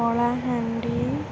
Kalahandi